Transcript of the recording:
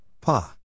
Pa